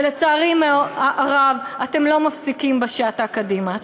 ולצערי הרב, אתם לא מפסיקים בשעטה קדימה.